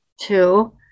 Two